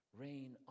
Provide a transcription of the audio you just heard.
Rain